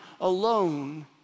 alone